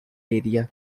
area